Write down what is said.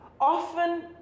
often